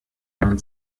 man